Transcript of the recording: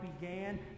began